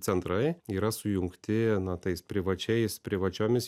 centrai yra sujungti na tais privačiais privačiomis